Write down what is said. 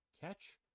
catch